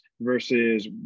versus